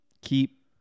keep